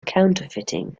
counterfeiting